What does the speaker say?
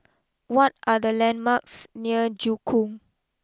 what are the landmarks near Joo Koon